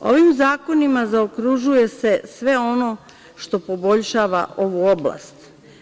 Ovim zakonima se zaokružuje sve ono što poboljšava ovu oblast.